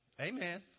Amen